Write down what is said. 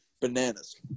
bananas